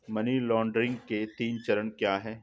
Money laundering के तीन चरण क्या हैं?